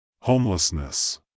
homelessness